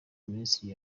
minisitiri